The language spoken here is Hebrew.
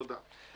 תודה רבה.